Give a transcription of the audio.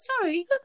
sorry